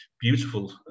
beautiful